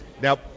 Now